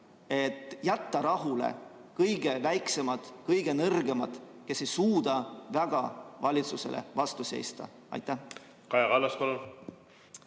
et jätta rahule kõige väiksemad, kõige nõrgemad, kes ei suuda valitsusele väga vastu seista? Kaja